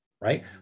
right